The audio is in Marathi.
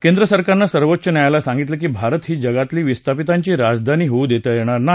केंद्र सरकारनं सर्वोच्च न्यायालयाला सांगितलं की भारत ही जगातील विस्थापितांची राजधानी होऊ देता येणार नाही